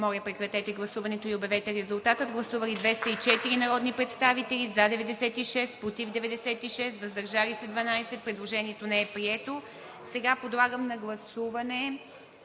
Моля, прекратете гласуването и обявете резултата. Гласували 194 народни представители: за 96, против 80, въздържали се 18. Предложението не е прието. (Шум, реплики и частични